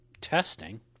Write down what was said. testing